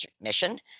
mission